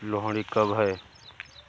लोहड़ी कब है?